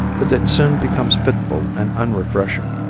but it soon becomes fitful and unrefreshing.